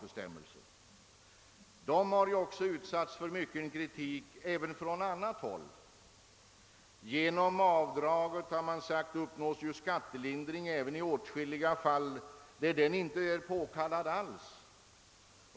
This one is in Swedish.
Bestämmelserna har också utsatts för mycken kritik från annat håll. Genom avdraget, har man sagt, uppnås skattelindring även i åtskilliga fall där sådan inte alls är påkallad.